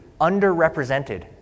underrepresented